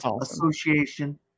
Association